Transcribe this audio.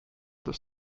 des